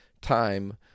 time